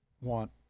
want